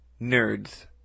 Nerds